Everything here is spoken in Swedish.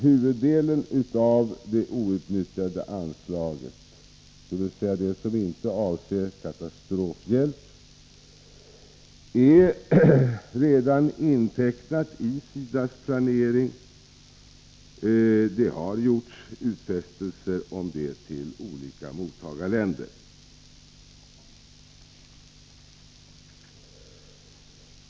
Huvuddelen av det outnyttjade anslaget, som inte avser katastrofhjälp, är redan intecknat i SIDA:s planering. Det har gjorts utfästelser om det till olika mottagarländer.